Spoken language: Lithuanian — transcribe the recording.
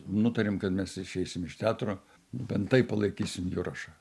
nutarėm kad mes išeisim iš teatro ben taip palaikysim jurašą